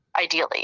ideally